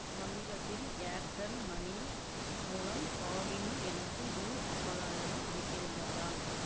சமீபத்தில் Airtel money மூலம் காவினி எனக்கு ரூபா ஐம்பதாயிரம் அனுப்பியிருந்தாரா